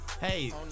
Hey